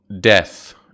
death